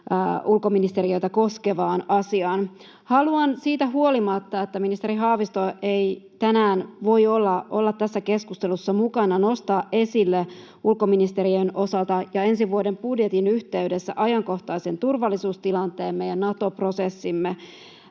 ulkoministeriötä koskeviin asioihin. Haluan siitä huolimatta, että ministeri Haavisto ei tänään voi olla tässä keskustelussa mukana, nostaa esille ulkoministeriön osalta ja ensi vuoden budjetin yhteydessä ajankohtaisen turvallisuustilanteemme ja Nato-prosessimme.